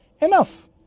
Enough